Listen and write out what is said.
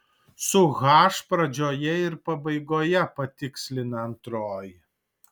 su h pradžioje ir pabaigoje patikslina antroji